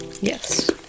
Yes